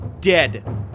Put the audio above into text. dead